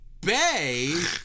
Bay